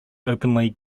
openly